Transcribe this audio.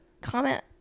comment